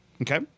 Okay